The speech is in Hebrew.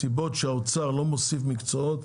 הסיבות שהאוצר לא מוסיף מקצועות,